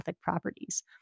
properties